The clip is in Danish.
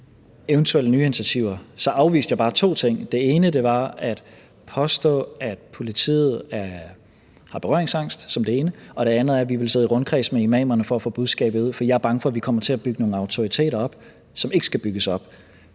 eventuelle nye initiativer. Og så afviste jeg bare to ting. Det ene var at påstå, at politiet har berøringsangst, og det andet var, at vi vil sidde i rundkreds med imamer for at få budskabet ud, for jeg er bange for, at vi kommer til at bygge nogle autoriteter op, som ikke skal bygges op.